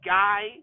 guy